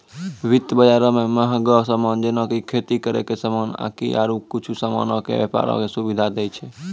वित्त बजारो मे मंहगो समान जेना कि खेती करै के समान आकि आरु कुछु समानो के व्यपारो के सुविधा दै छै